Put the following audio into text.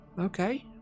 okay